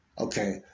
Okay